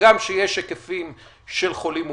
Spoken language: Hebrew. הגם שיש היקפים של חולים מאומתים,